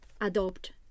adopt